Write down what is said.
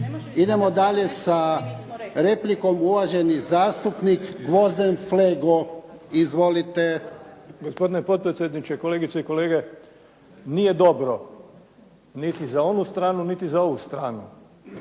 Idemo dalje sa replikom, uvaženi zastupnik Gvozden Flego. Izvolite. **Flego, Gvozden Srećko (SDP)** Gospodine potpredsjedniče, kolegice i kolege. Nije dobro niti za onu stranu niti za ovu stranu